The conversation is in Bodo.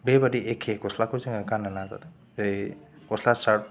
बेबायदि एखे गस्लाखौ जोङो गान्नो नाजादों बै गस्ला सार्ट